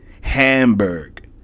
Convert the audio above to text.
Hamburg